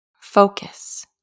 focus